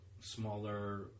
smaller